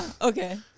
Okay